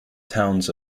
towns